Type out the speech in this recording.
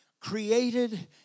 created